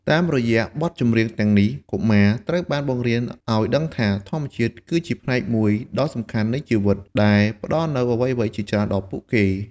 តាមរយៈបទចម្រៀងទាំងនេះ កុមារត្រូវបានបង្រៀនឲ្យដឹងថា ធម្មជាតិគឺជាផ្នែកមួយដ៏សំខាន់នៃជីវិត ដែលផ្ដល់នូវអ្វីៗជាច្រើនដល់ពួកគេ។